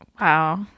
Wow